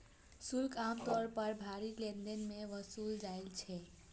शुल्क आम तौर पर भारी लेनदेन मे वसूलल जाइ छै